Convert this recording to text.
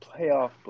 playoff